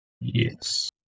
Yes